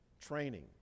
training